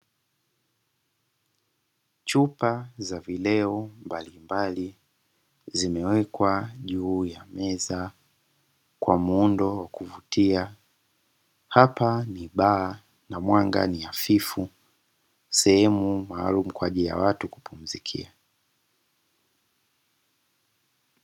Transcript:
Chupa za vileo mbalimbali zimewekwa juu ya meza kwa muundo wa kuvutia, hapa ni baa na mwanga ni hafifu sehemu maalumu kwa ajili ya watu kupumzikia.